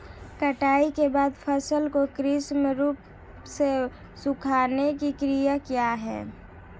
कटाई के बाद फसल को कृत्रिम रूप से सुखाने की क्रिया क्या है?